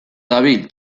dabil